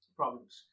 problems